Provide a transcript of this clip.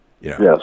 yes